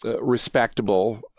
respectable